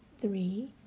three